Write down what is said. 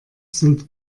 sind